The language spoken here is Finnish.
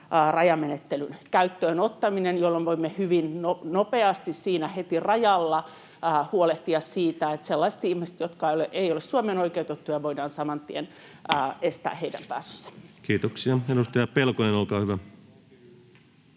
rajamenettelyn käyttöön ottaminen, jolloin voimme hyvin nopeasti siinä heti rajalla huolehtia siitä, että sellaisten ihmisten, jotka eivät ole Suomeen oikeutettuja, pääsy voidaan saman tien estää.